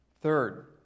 Third